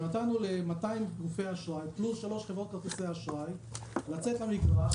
נתנו ל-200 גופי אשראי פלוס שלוש חברות כרטיסי אשראי לצאת למגרש,